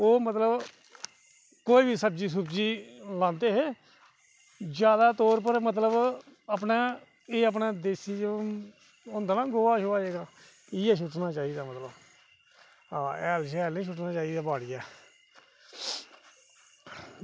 ओह् मतलब कोई बी सब्ज़ी लांदे हे जादैतर मतलब अपने जादैतर होंदा ना गोहा होऐ इयै सुट्टना चाहिदा मतलब इयै आं हगैल निं सुट्टना चाहिदा कुसै